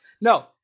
No